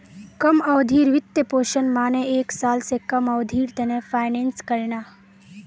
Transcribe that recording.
कम अवधिर वित्तपोषण माने एक साल स कम अवधिर त न फाइनेंस करना